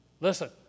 Listen